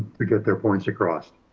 to get their points across.